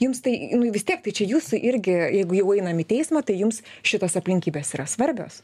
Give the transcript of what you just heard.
jums tai nu vis tiek tai čia jūsų irgi jeigu jau einam į teismą tai jums šitos aplinkybės yra svarbios